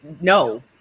no